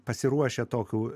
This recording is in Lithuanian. pasiruošę tokių